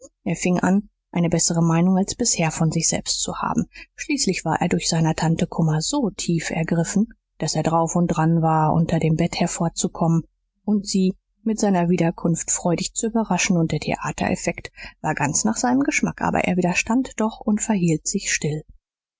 er fing an eine bessere meinung als bisher von sich selbst zu haben schließlich war er durch seiner tante kummer so tief ergriffen daß er drauf und dran war unter dem bett hervorzukommen und sie mit seiner wiederkunft freudig zu überraschen und der theatereffekt war ganz nach seinem geschmack aber er widerstand doch und verhielt sich still